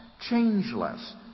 changeless